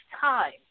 time